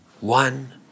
One